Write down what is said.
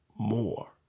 More